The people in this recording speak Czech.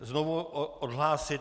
Znovu odhlásit?